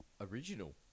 Original